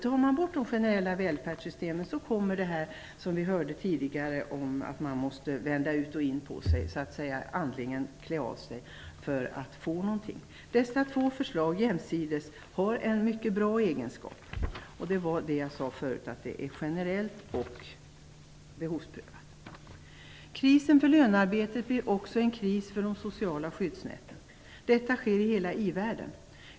Tar man bort de generella välfärdssystemen kommer det argument som vi tidigare hörde fram, att man måste vända ut och in på sig, så att säga andligen klä av sig, för att få någon ersättning. Våra två parallella förslag har en mycket bra egenskap, nämligen att de bildar ett både generellt och behovsprövat system. Krisen för lönearbetet blir också en kris för de sociala skyddsnäten. Detta sker i hela i-världen.